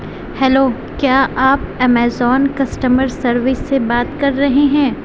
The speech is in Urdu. ہیلو کیا آپ امیزون کسٹمر سروس سے بات کر رہے ہیں